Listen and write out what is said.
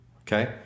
Okay